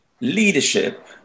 leadership